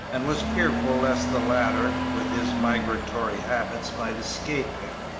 and was fearful lest the latter, with his migratory habits, might escape him.